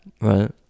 right